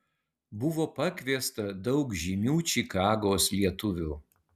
buvo pakviesta daug žymių čikagos lietuvių